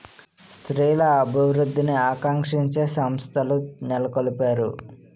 స్త్రీల అభివృద్ధిని ఆకాంక్షించే సంస్థలు నెలకొల్పారు